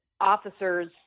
officers